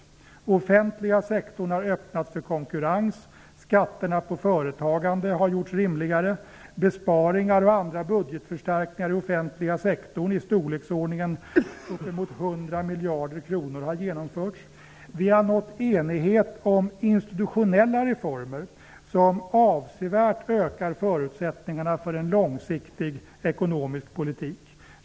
Den offentliga sektorn har öppnats för konkurrens, skatterna på företagande har gjorts rimligare och besparingar och andra budgetförstärkningar på uppemot 100 miljarder kronor har genomförts i den offentliga sektorn. Vi har nått enighet om institutionella reformer som avsevärt ökar förutsättningarna för en långsiktig ekonomisk politik.